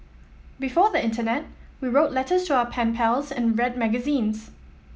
before the internet we wrote letters to our pen pals and read magazines